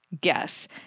guess